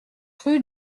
rue